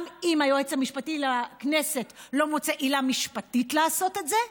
גם אם היועץ המשפטי לכנסת לא מוצא עילה משפטית לעשות את זה,